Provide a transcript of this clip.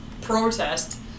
protest